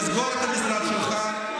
תסגור את המשרד שלך,